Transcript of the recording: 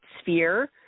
sphere